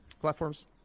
platforms